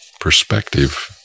perspective